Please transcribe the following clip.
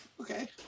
Okay